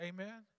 Amen